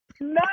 No